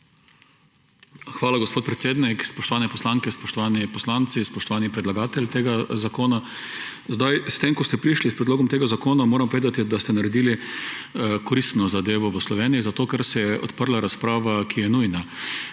Hvala, gospod predsednik. Spoštovane poslanke, spoštovani poslanci, spoštovani predlagatelj tega zakona! S tem, ko ste prišli s predlogom tega zakona, moram povedati, da ste naredili koristno zadeve v Sloveniji zato, ker se je odprla razprava, ki je nujna.